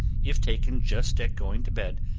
if taken just at going to bed,